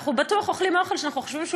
ואנחנו בטוח אוכלים אוכל שאנחנו חושבים שהוא